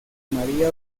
maría